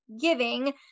giving